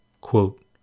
Quote